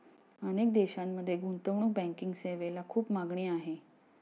अनेक देशांमध्ये गुंतवणूक बँकिंग सेवेला खूप मागणी आहे